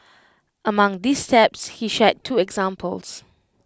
amongst these steps he shared two examples